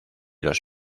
los